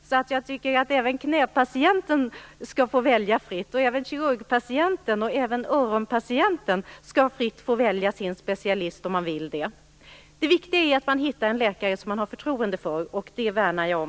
Jag tycker att även knäpatienten skall få välja fritt. Även kirurgpatienten och öronpatienten skall fritt få välja sin specialist om han eller hon vill det. Det viktiga är att man hittar en läkare som man har förtroende för. Det värnar jag om.